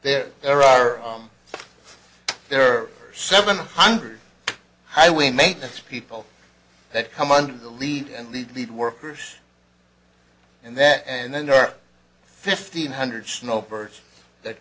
they're there are there are seven hundred highway maintenance people that come on the lead and lead lead workers and that and then there are fifteen hundred snowbirds that